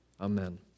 Amen